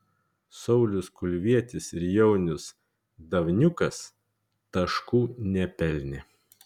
saulius kulvietis ir jaunius davniukas taškų nepelnė